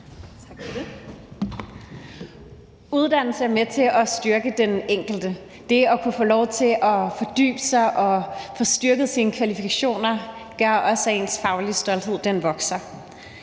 Uddannelse er med til at styrke den enkelte. Det at kunne få lov til at fordybe sig og få styrket sine kvalifikationer gør også, at ens faglige stolthed vokser.